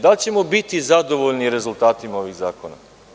Da li ćemo biti zadovoljni rezultatima ovih zakona?